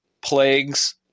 plagues